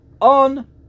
on